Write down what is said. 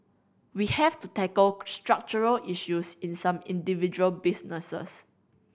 we have to tackle structural issues in some individual businesses